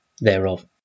thereof